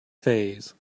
fays